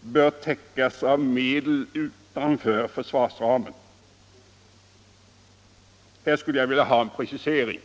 bör täckas av medel utanför försvarsramen. Här skulle jag vilja ha en precisering.